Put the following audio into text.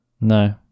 No